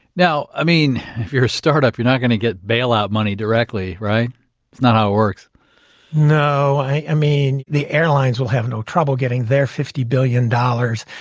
now, i mean, if you're a startup, you're not going to get bailout money directly, right? that's not how it works no, i mean, the airlines will have no trouble getting their fifty billion dollars.